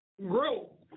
grow